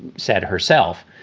said herself,